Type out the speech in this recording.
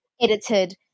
edited